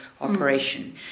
operation